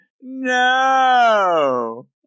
No